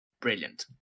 Brilliant